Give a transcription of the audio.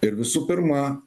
ir visų pirma